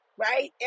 right